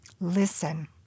Listen